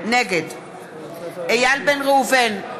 נגד איל בן ראובן,